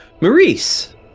Maurice